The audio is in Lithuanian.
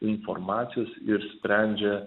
informacijos ir sprendžia